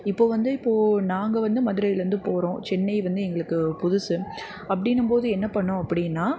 இப்போது வந்து இப்போது நாங்கள் வந்து மதுரையிலருந்து போகிறோம் சென்னை வந்து எங்களுக்கு புதுசு அப்படின்னம் போது என்ன பண்ணும் அப்படின்னா